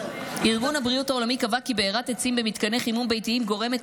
ארגון הבריאות העולמי קבע כי בערת עצים במתקני חימום ביתיים גורמת